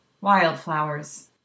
wildflowers